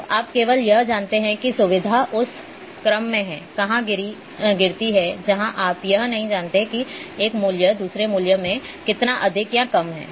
तो आप केवल यह जानते हैं कि सुविधा उस क्रम में कहाँ गिरती है जहाँ आप यह नहीं जानते कि एक मूल्य दूसरे मूल्य से कितना अधिक या कम है